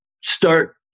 start